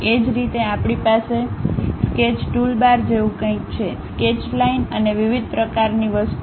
એ જ રીતે આપણી પાસે સ્કેચ ટૂલબાર જેવું કંઈક છે સ્કેચ લાઇન અને વિવિધ પ્રકારની વસ્તુ